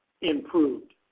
improved